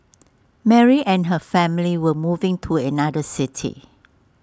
Mary and her family were moving to another city